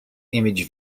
image